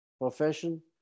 profession